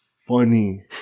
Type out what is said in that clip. funny